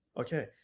okay